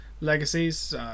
Legacies